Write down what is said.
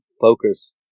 focus